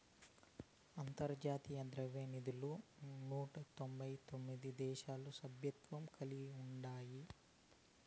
అంతర్జాతీయ ద్రవ్యనిధిలో నూట ఎనబై తొమిది దేశాలు సభ్యత్వం కలిగి ఉండాయి